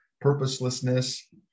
purposelessness